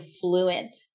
fluent